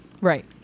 Right